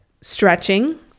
Stretching